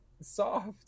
soft